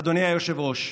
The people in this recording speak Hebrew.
אדוני היושב-ראש,